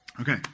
Okay